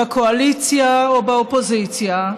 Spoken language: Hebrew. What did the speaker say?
בקואליציה או באופוזיציה,